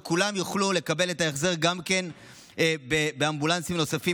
וכולם יוכלו לקבל את ההחזר באמבולנסים נוספים,